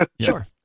Sure